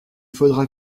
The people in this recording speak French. faudra